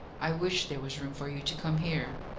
i wish there was room for you to come here!